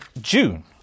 June